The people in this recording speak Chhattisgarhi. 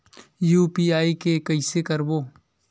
यू.पी.आई के कइसे करबो?